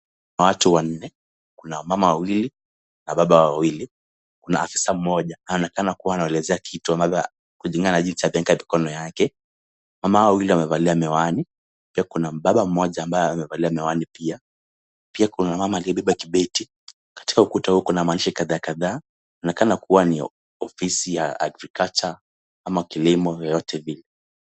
Watu wanne, kuna mama wawili na baba wawili. Kuna afisa mmoja anaonekana kuwa anawaelezea kitu, ambavyo kulingana na jinsi alivyoweka mikono yake. Mama wawili wamevalia miwani, pia kuna baba mmoja ambaye amevalia miwani pia. Pia, kuna mama aliyebeba kibeti. Katika ukuta huu kuna maandishi kadhaa kadhaa, inaonekana kuwa ni ofisi ya agriculture ama kilimo chochote kile.